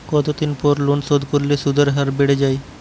কতদিন পর লোন শোধ করলে সুদের হার বাড়ে য়ায়?